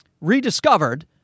rediscovered